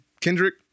Kendrick